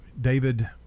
David